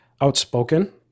outspoken